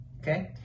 Okay